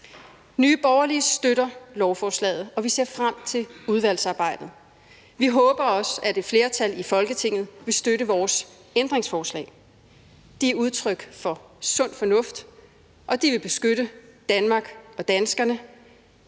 Nye Borgerlige støtter lovforslaget, og vi ser frem til udvalgsarbejdet. Vi håber også, at et flertal i Folketinget vil støtte vores ændringforslag. De er udtryk for sund fornuft, og de vil beskytte Danmark og danskerne.